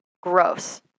gross